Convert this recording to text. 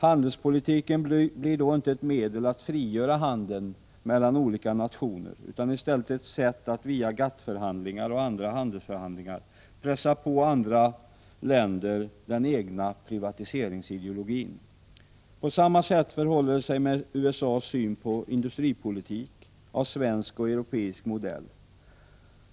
Handelspolitiken blir då inte ett medel att frigöra handeln mellan olika nationer utan i stället ett sätt att via GATT-förhandlingar och andra handelsförhandlingar pressa på andra länder den egna privatiseringsideologin. På samma sätt förhåller det sig med USA:s syn på industripolitik av svensk och europeisk modell.